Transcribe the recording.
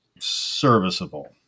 serviceable